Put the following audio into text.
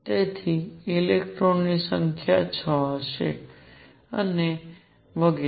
તેથી ઇલેક્ટ્રોનની સંખ્યા 6 હશે અને વગેરે